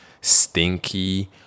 stinky